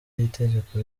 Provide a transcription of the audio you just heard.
itegeko